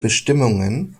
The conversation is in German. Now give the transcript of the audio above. bestimmungen